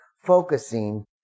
focusing